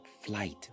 flight